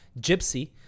Gypsy